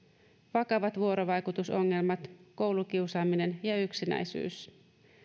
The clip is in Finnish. vakavat vuorovaikutusongelmat koulukiusaaminen ja yksinäisyys